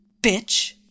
Bitch